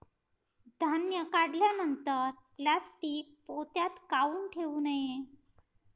धान्य काढल्यानंतर प्लॅस्टीक पोत्यात काऊन ठेवू नये?